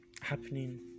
happening